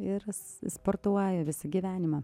ir sportuoju visą gyvenimą